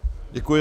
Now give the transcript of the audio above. Děkuji.